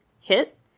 hit